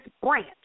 branch